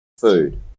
food